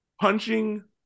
punching